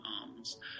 arms